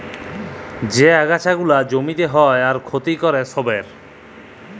যে আগাছা গুলা জমিতে হ্যয় আর ক্ষতি ক্যরে ছবের